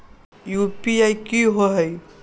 UPI कि होअ हई?